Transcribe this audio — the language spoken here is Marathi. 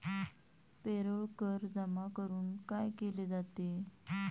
पेरोल कर जमा करून काय केले जाते?